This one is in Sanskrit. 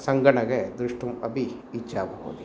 सङ्गणगे द्रष्टुम् अपि इच्छा भवति